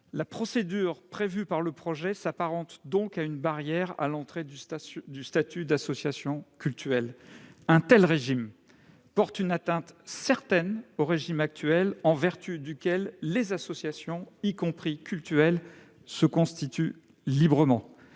La procédure prévue par le projet s'apparente donc à une barrière à l'entrée du statut d'association cultuelle. Un tel régime porte une atteinte certaine au régime actuel, en vertu duquel les associations, y compris cultuelles, se constituent librement.